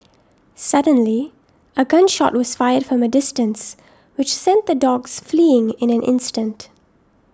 suddenly a gun shot was fired from a distance which sent the dogs fleeing in an instant